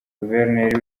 guverineri